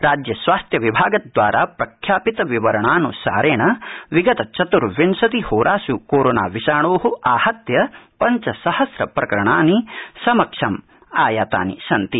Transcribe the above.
राज्य स्वास्थ्य विभाग द्वारा प्रख्यापित विवरणान्सारण विगत चतुर्विंशति होरासु कोरोना विषाणो आहत्य पञ्च सहस्र प्रकरणानि समक्षमायातानि सन्ति